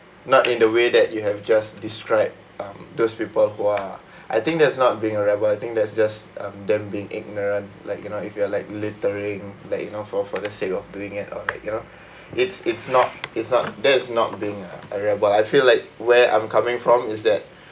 not in the way that you have just described um those people who uh I think that's not being a rebel I think that's just um them being ignorant like you know if you are like littering like you know for for the sake of doing it or you know it's it's not it's not that's not being a a rebel I feel like where I'm coming from is that